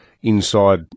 inside